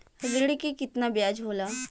ऋण के कितना ब्याज होला?